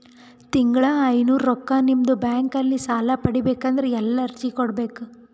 ತಿಂಗಳ ಐನೂರು ರೊಕ್ಕ ನಿಮ್ಮ ಬ್ಯಾಂಕ್ ಅಲ್ಲಿ ಸಾಲ ಪಡಿಬೇಕಂದರ ಎಲ್ಲ ಅರ್ಜಿ ಕೊಡಬೇಕು?